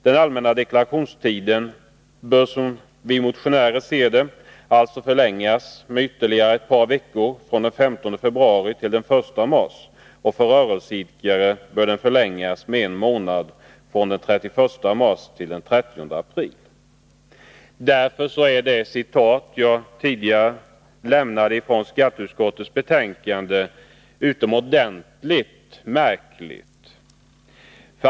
Den allmänna deklarationstiden bör, som vi motionärer ser det, alltså förlängas med ytterligare ett par veckor från den 15 februari till den 1 mars och för rörelseidkare med en månad från den 31 mars till den 30 april. Mot denna bakgrund är det citat som jag tidigare lämnade från skatteutskottets betänkande utomordentligt märkligt.